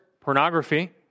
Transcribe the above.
pornography